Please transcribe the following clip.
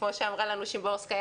כמו שאמרה לנו שימבורסקיה